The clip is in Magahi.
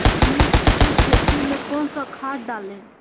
मिर्च की खेती में कौन सा खाद डालें?